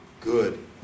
good